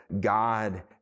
God